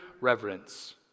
reverence